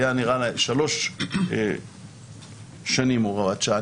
3 שנים הוראת שעה,